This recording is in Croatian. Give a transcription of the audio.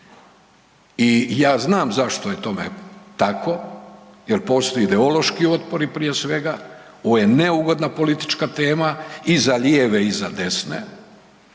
i ja znam zašto je tome tako jer postoji ideološki otpor prije svega, ovo je neugodna politička tema i za lijeve i za desne,